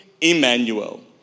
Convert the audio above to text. Emmanuel